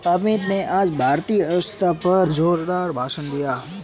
अमित ने आज भारतीय अर्थव्यवस्था पर जोरदार भाषण दिया